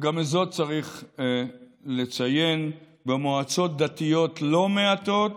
וגם את זאת צריך לציין: במועצות דתיות לא מעטות